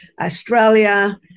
Australia